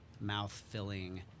mouth-filling